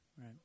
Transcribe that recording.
right